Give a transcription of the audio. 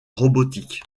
robotique